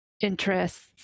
interests